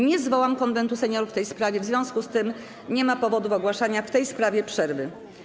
Nie zwołam Konwentu Seniorów w tej sprawie, w związku z tym nie ma powodów do ogłaszania w tej sprawie przerwy.